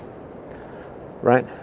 Right